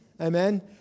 Amen